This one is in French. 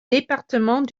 département